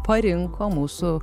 parinko mūsų